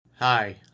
Hi